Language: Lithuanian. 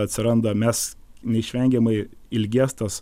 atsiranda mes neišvengiamai ilgės tas